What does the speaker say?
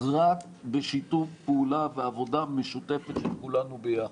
רק בשיתוף פעולה ועבודה משותפת של כולנו ביחד.